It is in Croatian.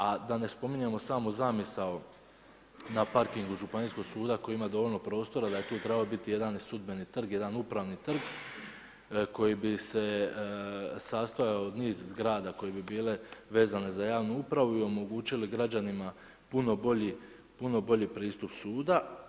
A da ne spominjemo samu zamisao na parkingu županijskog suda, koji ima dovoljno prostora, da je tu trebao biti jedan i sudbeni trg, jedan upravni trg, koji bi se sastojao od niz zgrada koji bi bile vezane za javnu upravu i omogućili građanima puno bolji pristup suda.